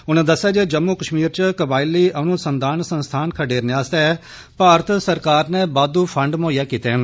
उनें दस्सेआ जे जम्मू कश्मीर च कबायली अनुसंधान संस्थान खडेरने आस्तै भारत सरकार नै बाद्दु फंड मुहैआ कीते न